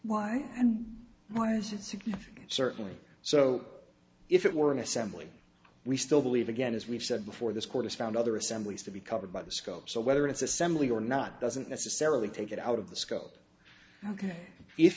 significant certainly so if it were an assembly we still believe again as we've said before this court has found other assemblies to be covered by the scope so whether it's assembly or not doesn't necessarily take it out of the scope ok if